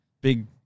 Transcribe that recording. big